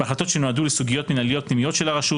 בהחלטות שנועדו לסוגיות מינהליות פנימיות של הרשות